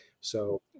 So-